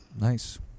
Nice